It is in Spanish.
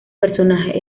personajes